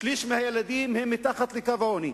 ששליש מהילדים הם מתחת לקו העוני.